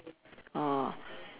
oh